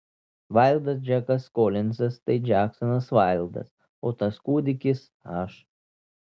vaildas džekas kolinzas tai džeksonas vaildas o tas kūdikis aš